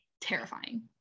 terrifying